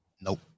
Nope